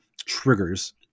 triggers